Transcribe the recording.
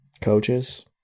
coaches